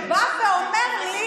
הוא אמר לי,